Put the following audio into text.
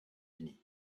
unis